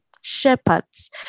shepherds